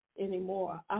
anymore